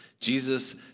Jesus